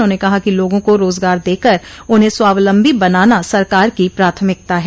उन्होंने कहा कि लोगों को रोजगार देकर उन्हें स्वावलंबी बनाना सरकार की प्रथमिकता है